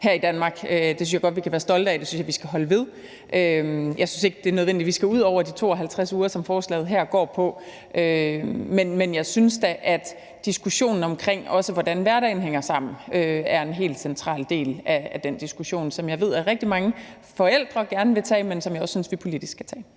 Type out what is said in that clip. et børneliv. Det synes jeg godt vi kan være stolte af, og det synes jeg vi skal holde fast ved. Jeg synes ikke nødvendigvis, barslen skal være ud over de 52 uger, hvilket forslaget her går på, men jeg synes da, at også diskussionen om, hvordan hverdagen hænger sammen, er en helt central del af den diskussion, som jeg ved at rigtig mange forældre gerne vil tage, men som jeg også synes at vi skal tage